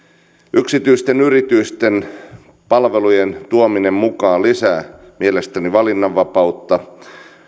yksityisten yritysten palvelujen tuominen mukaan lisää mielestäni valinnanvapautta